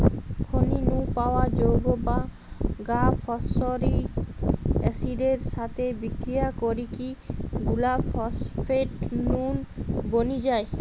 খনি নু পাওয়া যৌগ গা ফস্ফরিক অ্যাসিড এর সাথে বিক্রিয়া করিকি গুলা ফস্ফেট নুন বনি যায়